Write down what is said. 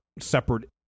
separate